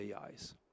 AIs